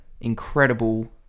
incredible